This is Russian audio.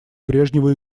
брежневу